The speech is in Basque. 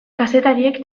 kazetariek